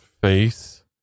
face